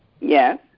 Yes